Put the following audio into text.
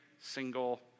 single